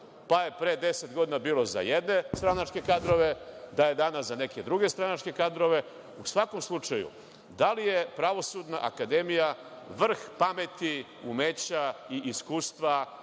pa je pre 10 godina bilo za jedne stranačke kadrove, da je danas za neke druge stranačke kadrove. U svakom slučaju da li je Pravosudna akademija vrh pameti, umeća i iskustva